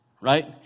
Right